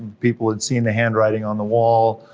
people had seen the handwriting on the wall,